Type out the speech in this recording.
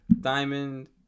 diamond